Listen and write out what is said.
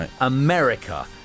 America